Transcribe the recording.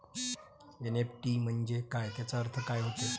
NEFT म्हंजे काय, त्याचा अर्थ काय होते?